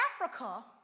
Africa